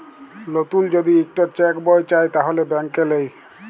লতুল যদি ইকট চ্যাক বই চায় তাহলে ব্যাংকে লেই